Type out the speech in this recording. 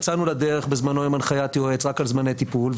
יצאנו לדרך בזמנו עם הנחיית יועץ רק על זמני טיפול,